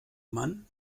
mann